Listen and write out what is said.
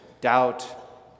doubt